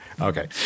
Okay